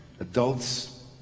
Adults